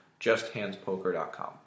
justhandspoker.com